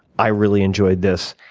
i really enjoyed this.